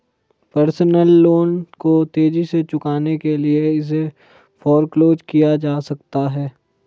personal loan को तेजी से चुकाने के लिए इसे फोरक्लोज किया जा सकता है